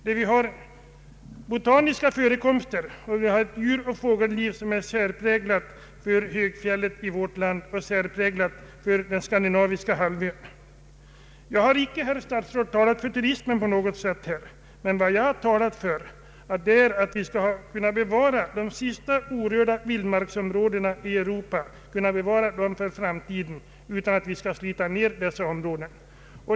Där finns stora botaniska värden, ett djuroch fågelliv som är särpräglat för högfjället i vårt land och för hela den skandinaviska halvön. Jag har icke, herr statsråd, på något sätt talat för turismen, utan vad jag talat för är att vi bör bevara ett av de sista vildmarksområdena i Europa. Vi bör bevara det för framtiden utan att slita ned det.